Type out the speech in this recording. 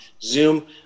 Zoom